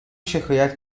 شکایت